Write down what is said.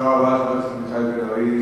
תודה רבה לחבר הכנסת מיכאל בן-ארי.